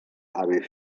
haver